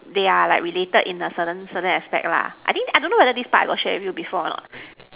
they are like related in a certain certain aspect lah I think I don't know whether this part I got share with you before or not